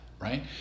right